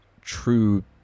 true